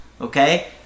Okay